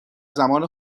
زمان